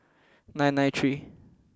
nine nine three